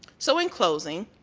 so in closing,